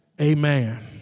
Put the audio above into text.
Amen